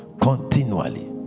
Continually